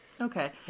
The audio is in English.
Okay